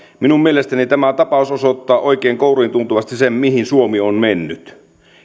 minun mielestäni tämä tapaus osoittaa oikein kouriintuntuvasti sen mihin suomi on mennyt